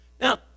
Now